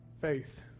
faith